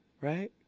Right